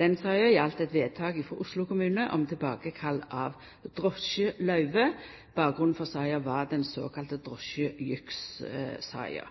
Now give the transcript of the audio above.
Den saka gjaldt eit vedtak frå Oslo kommune om tilbakekall av drosjeløyve. Bakgrunnen for saka var den såkalla